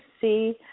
see